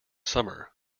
summer